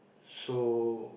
so